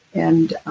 and